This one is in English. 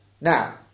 Now